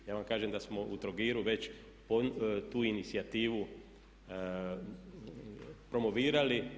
Ja vam kažem da smo u Trogiru već tu inicijativu promovirali.